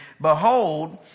behold